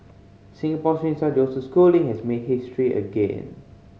Singapore swim star Joseph Schooling has made history again